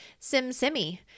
SimSimi